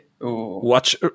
watch